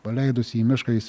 paleidus jį į mišką jis